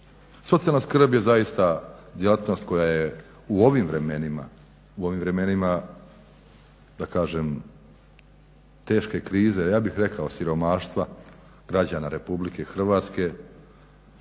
Socijalna skrb je zaista djelatnost koja je u ovim vremenima, u ovim vremenima da kažem teške krize, a ja bih rekao siromaštva građana Republike Hrvatske